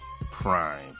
prime